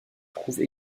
trouve